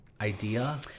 idea